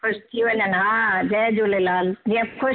ख़ुशि थी वञनि हा जय झूलेलाल जीअं ख़ुशि